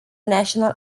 national